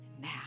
Now